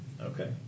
Okay